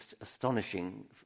astonishing